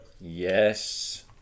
Yes